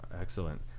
Excellent